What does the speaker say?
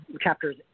chapters